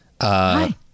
Hi